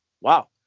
wow